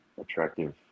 attractive